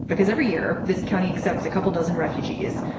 because every year this county accepts a couple dozen refugees.